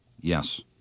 Yes